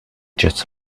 just